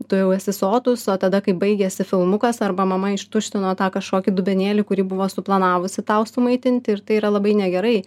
tu jau esi sotus o tada kai baigiasi filmukas arba mama ištuštino tą kažkokį dubenėlį kurį buvo suplanavusi tau sumaitinti ir tai yra labai negerai